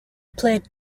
played